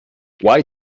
why